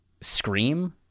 Scream